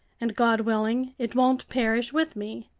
and god willing, it won't perish with me.